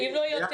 אם לא יותר.